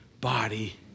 body